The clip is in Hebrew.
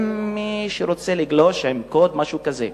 למי שרוצה לגלוש עם קוד או משהו כזה.